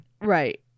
Right